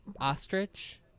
ostrich